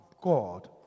God